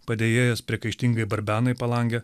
padėjėjas priekaištingai barbena į palangę